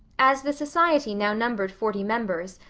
as the society now numbered forty members,